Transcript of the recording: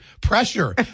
Pressure